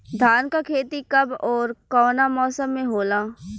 धान क खेती कब ओर कवना मौसम में होला?